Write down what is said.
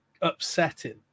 upsetting